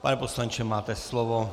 Pane poslanče, máte slovo.